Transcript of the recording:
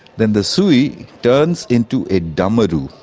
then the sui turns into a damaru.